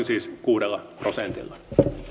siis noin kuudella prosentilla